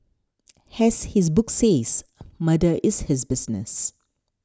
has his book says Murder is his business